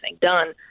done